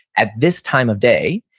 at this time of day.